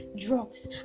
drugs